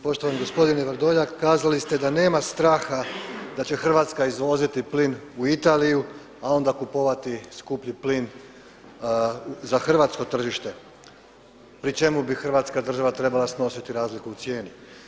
Poštovani gospodine Vrdoljak kazali ste da nema straha da će Hrvatska izvoziti plin u Italiju, a onda kupovati skuplji plin za hrvatsko tržište pri čemu bi Hrvatska država trebala snositi razliku u cijeni.